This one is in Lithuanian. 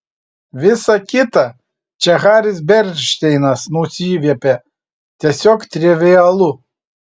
visa kita čia haris bernšteinas nusiviepė tiesiog trivialu